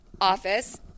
office